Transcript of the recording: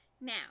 Now